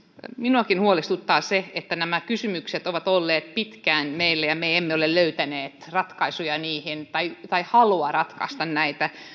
minuakin huolestuttaa se että nämä kysymykset ovat olleet pitkään meillä ja me emme ole löytäneet ratkaisuja niihin tai tai halua ratkaista niitä